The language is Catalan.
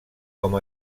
com